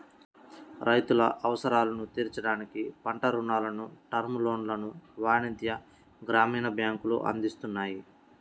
రైతుల అవసరాలను తీర్చడానికి పంట రుణాలను, టర్మ్ లోన్లను వాణిజ్య, గ్రామీణ బ్యాంకులు అందిస్తున్నాయి